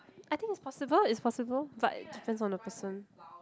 I think it's possible it's possible but it depends on the person